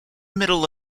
middle